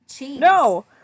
No